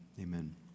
Amen